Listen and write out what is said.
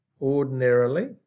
ordinarily